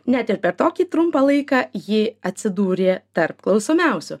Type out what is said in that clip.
net ir per tokį trumpą laiką ji atsidūrė tarp klausomiausių